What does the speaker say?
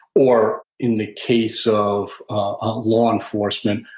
or in the case of ah law enforcement,